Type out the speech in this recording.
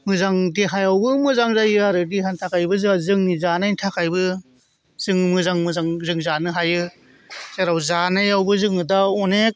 मोजां देहायावबो मोजां जायो आरो देहानि थाखायबो जोंहा जोंनि जानायनि थाखायबो जों मोजां मोजां जों जानो हायो जेराव जानायावबो जोङो दा अनेक